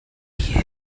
kill